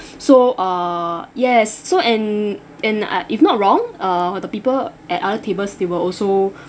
so uh yes so and and I if not wrong uh the people at other tables they were also